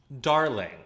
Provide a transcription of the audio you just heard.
darling